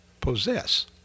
possess